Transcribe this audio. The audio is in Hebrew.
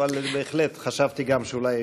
אבל בהחלט, חשבתי גם אני שאולי